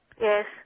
Yes